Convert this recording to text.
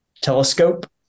telescope